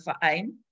Verein